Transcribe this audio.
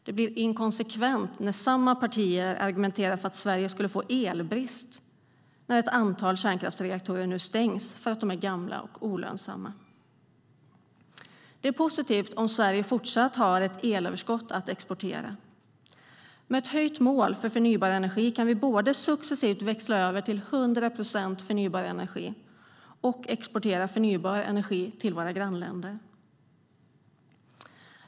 Det blir inkonsekvent när samma partier argumenterar för att Sverige skulle få elbrist när ett antal kärnkraftsreaktorer nu stängs för att de är gamla och olönsamma. Det är positivt om Sverige fortsatt har ett elöverskott att exportera. Med ett höjt mål för förnybar energi kan vi både successivt växla över till 100 procent förnybar energi och exportera förnybar energi till våra grannländer.